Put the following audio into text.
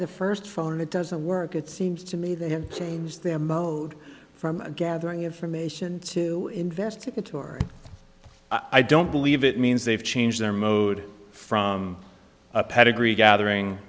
the first phone and it doesn't work it seems to me they have changed their mode from gathering information to investigatory i don't believe it means they've changed their mode from a pedigree gathering